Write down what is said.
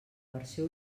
versió